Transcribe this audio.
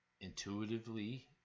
Intuitively